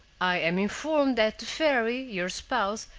i am informed that the fairy, your spouse,